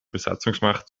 besatzungsmacht